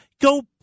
go